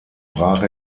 brach